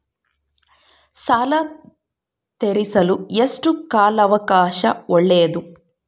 ಸಾಲ ತೇರಿಸಲು ಎಷ್ಟು ಕಾಲ ಅವಕಾಶ ಒಳ್ಳೆಯದು?